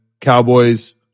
Cowboys